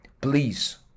please